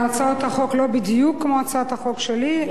הצעות החוק אינן בדיוק כמו הצעת החוק שלי,